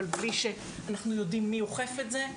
אבל בלי שאנחנו יודעים מי אוכף את זה,